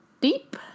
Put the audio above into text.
deep